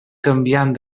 canviant